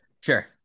Sure